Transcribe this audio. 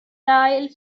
ail